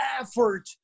effort